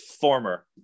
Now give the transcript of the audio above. former